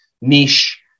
niche